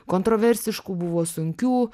kontroversiškų buvo sunkių